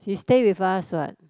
she stay with us what